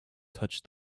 touched